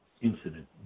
incident